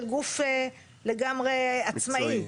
של גוף לגמרי עצמאי,